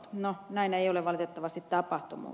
no näin ei ole valitettavasti tapahtunut